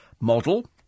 model